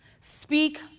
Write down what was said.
Speak